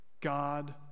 God